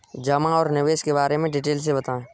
जमा और निवेश के बारे में डिटेल से बताएँ?